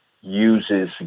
uses